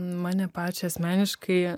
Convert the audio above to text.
mane pačią asmeniškai